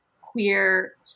queer